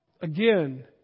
again